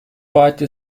party